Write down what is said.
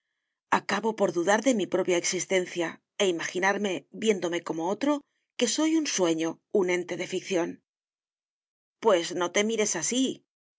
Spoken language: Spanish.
acabo por dudar de mi propia existencia e imaginarme viéndome como otro que soy un sueño un ente de ficción pues no te mires así